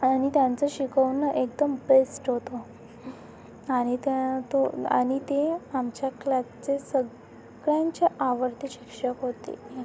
आणि त्यांच शिकवणं एकदम बेस्ट होतं आणि त्या तो आणि ते आमच्या क्लासचे सगळ्यांचे आवडते शिक्षक होते